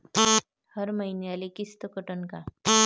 हर मईन्याले किस्त कटन का?